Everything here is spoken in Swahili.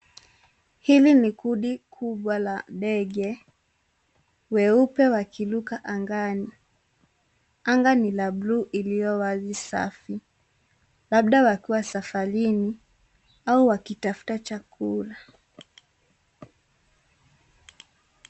Hili kundi kubwa la ndege weupe wakiruka angani. Anga ni la bluu iliyo wazi safi. Labda wakiwa safarini au wakitafuta chakula.